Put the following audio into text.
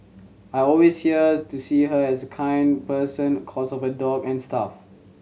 I always to see her as a kind person cos of her dog n stuff